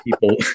people